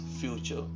future